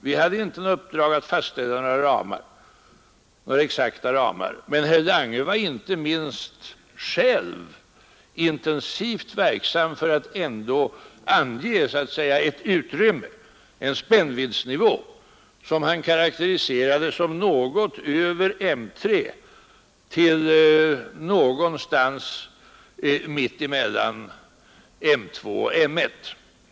Vi hade inte i uppdrag att fastställa några exakta ramar, men inte minst herr Lange själv var intensivt verksam för att ange ett utrymme, en spännviddsnivå, som han karakteriserade som något över M 3 till någonstans mitt emellan M 2 och M 1.